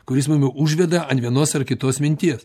kuris mumi užveda ant vienos ar kitos minties